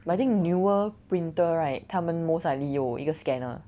but I think newer printer right 他们 most likely 有一个 scanner